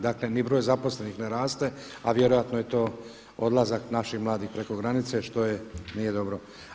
Dakle ni broj zaposlenih ne raste a vjerojatno je to odlazak naših mladih preko granice što nije dobro.